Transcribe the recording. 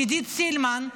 עידית סילמן,